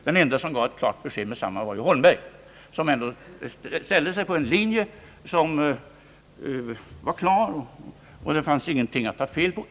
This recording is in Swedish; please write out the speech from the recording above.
Den enda som genast gav ett klart besked var herr Holmberg, som ändå ställde sig på en linje som var klar och som ingen kunde ta fel på.